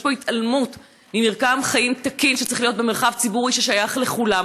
יש פה התעלמות ממרקם חיים תקין שצריך להיות במרחב ציבורי ששייך לכולם.